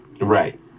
Right